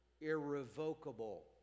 irrevocable